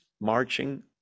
marching